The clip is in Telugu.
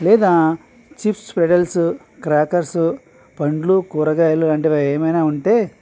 లేదా చిప్స్ పెటల్స్ క్రాకర్సు పండ్లు కూరగాయలు వంటివి ఏమైనా ఉంటే